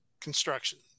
construction